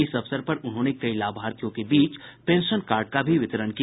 इस अवसर पर उन्होंने कई लाभार्थियों के बीच पेंशन कार्ड का भी वितरण किया